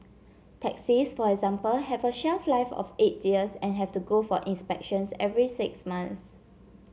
taxis for example have a shelf life of eight years and have to go for inspections every six months